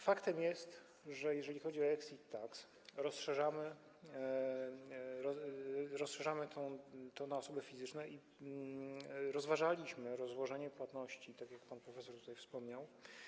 Faktem jest, że jeżeli chodzi o exit tax, to rozszerzamy to na osoby fizyczne i rozważaliśmy rozłożenie płatności, tak jak pan profesor tutaj wspomniał.